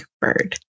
bird